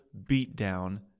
beatdown